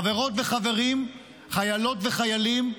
חברות וחברים, חיילות וחיילים,